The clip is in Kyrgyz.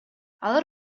алар